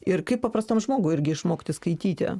ir kaip paprastam žmogui irgi išmokti skaityti